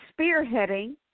spearheading